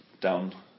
down